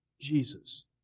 Jesus